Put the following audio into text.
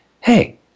Hey